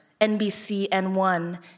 NBCN1